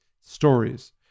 stories